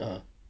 ah